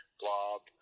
blob